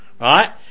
right